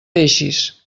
deixis